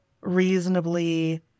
reasonably